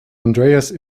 andreas